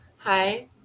hi